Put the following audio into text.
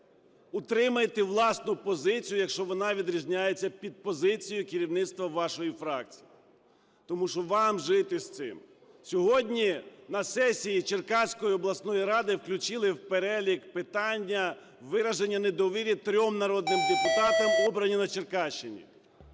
утримайте власне позицію, якщо вона відрізняється від позиції керівництва вашої фракції, тому що вам жити з цим. Сьогодні на сесії Черкаської обласної ради включили в перелік питання вираження недовіри трьом народним депутатам, обрані на Черкащині,